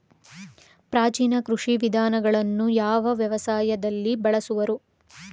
ಪ್ರಾಚೀನ ಕೃಷಿ ವಿಧಾನಗಳನ್ನು ಯಾವ ವ್ಯವಸಾಯದಲ್ಲಿ ಬಳಸುವರು?